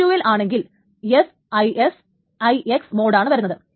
T 2 വിൽ ആണെങ്കിൽ S IS IX മോഡാണ് വരുന്നത്